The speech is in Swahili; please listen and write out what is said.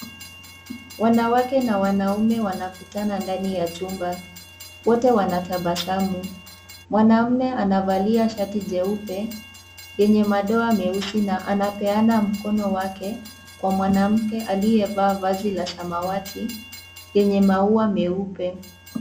Wanawake na wanaume wanakutana ndani ya chumba, wote wanatabasamu mwanaume anavalia shati jeupe lenye madoa meusi na anapeana mkono wake kwa mwanamke aliyevaa vazi la samawati lenye maua meupe.